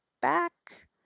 back